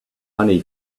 funny